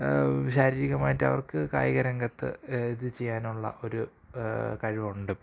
ശാരീരികമായിട്ട് അവര്ക്ക് കായികരംഗത്ത് ഇത് ചെയ്യാനുള്ള ഒരു കഴിവുണ്ട് ഇപ്പോള്